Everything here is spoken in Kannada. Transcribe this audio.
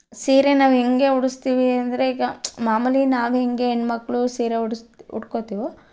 ಸೀರೆ ನಾವು ಹೆಂಗೆ ಉಡಿಸ್ತೀವಿ ಅಂದರೆ ಈಗ ಮಾಮೂಲಿ ನಾವು ಹೇಗೆ ಹೆಣ್ಮಕ್ಳು ಸೀರೆ ಉಡ್ಸಿ ಉಡ್ಕೊಳ್ತೀವೋ